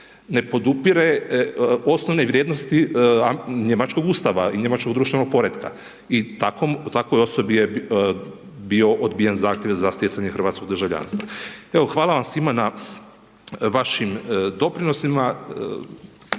ne podupire osnovne vrijednosti njemačkog Ustava i njemačkog društvenog poretka i takvoj osobi je bio odbijen zahtjev za stjecanje hrvatskog državljanstva. Hvala vam svima na vašim doprinosima,